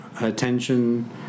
attention